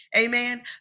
amen